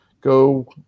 go